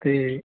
ਅਤੇ